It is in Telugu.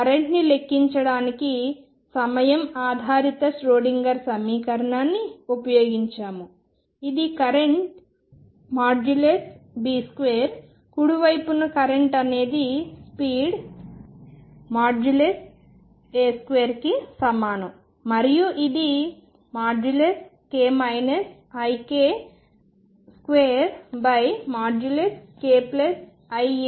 కరెంట్ని లెక్కించడానికి సమయం ఆధారిత ష్రోడింగర్ సమీకరణంని ఉపయోగించాము ఇది కరెంట్ B2 కుడివైపున ఉన్న కరెంట్ అనేది స్పీడ్ A2 కి సమానం మరియు ఇది k iα2kiα2 1